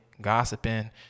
gossiping